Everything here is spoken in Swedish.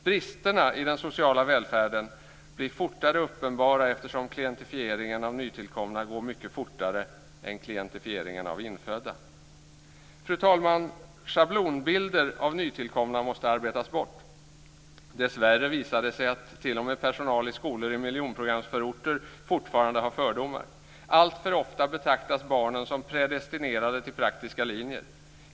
Bristerna i den sociala välfärden blir fortare uppenbara eftersom klientifieringen av nytillkomna går mycket fortare än klientifieringen av infödda. Fru talman! Schablonbilder av nytillkomna måste arbetas bort. Dessvärre visar det sig att t.o.m. personal i skolor i miljonprogramsförorter fortfarande har fördomar. Alltför ofta betraktas barnen som predestinerade till praktiska linjer.